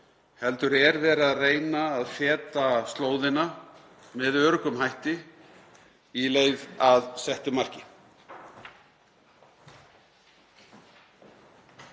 heldur er verið að reyna að feta slóðina með öruggum hætti í leið að settu marki.